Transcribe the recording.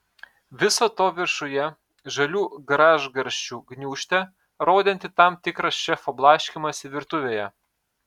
viso to viršuje žalių gražgarsčių gniūžtė rodanti tam tikrą šefo blaškymąsi virtuvėje